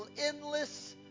endless